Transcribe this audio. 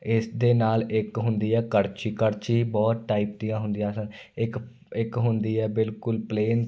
ਇਸ ਦੇ ਨਾਲ ਇੱਕ ਹੁੰਦੀ ਹੈ ਕੜਛੀ ਕੜਛੀ ਬਹੁਤ ਟਾਈਪ ਦੀਆਂ ਹੁੰਦੀਆਂ ਸਨ ਇੱਕ ਇੱਕ ਹੁੰਦੀ ਹੈ ਬਿਲਕੁਲ ਪਲੇਨ